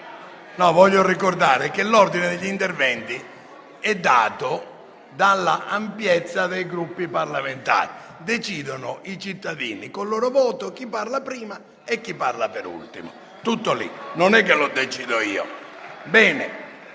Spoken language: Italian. Voglio ricordare che l'ordine degli interventi è dato dall'ampiezza dei Gruppi parlamentari: decidono i cittadini, con il loro voto, chi parla prima e chi parla per ultimo; tutto lì, non è che lo decido io.